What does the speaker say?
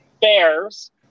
Bears